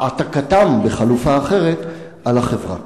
העתקתם, בחלופה אחרת, על החברה?